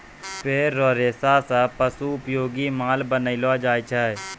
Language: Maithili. पेड़ रो रेशा से पशु उपयोगी माल बनैलो जाय छै